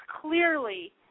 clearly